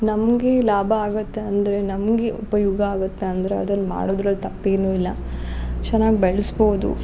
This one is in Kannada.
ನಮಗೆ ಲಾಭ ಆಗುತ್ತೆ ಅಂದರೆ ನಮಗೆ ಉಪಯೋಗ ಆಗುತ್ತಂದರೆ ಅದನ್ನ ಮಾಡೋದ್ರಲ್ಲಿ ತಪ್ಪೇನು ಇಲ್ಲ ಚೆನ್ನಾಗಿ ಬೆಳ್ಸ್ಬೋದು